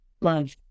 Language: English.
love